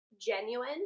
genuine